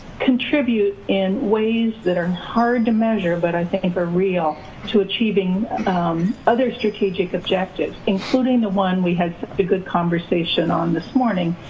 contribute in ways that are hard to measure, but i mean are real to achieving other strategic objectives. including the one we had ah good conversation on this morning.